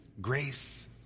grace